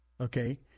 Okay